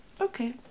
Okay